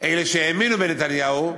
אלה שהאמינו בנתניהו,